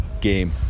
game